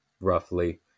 roughly